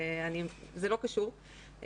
וזה לא קשור,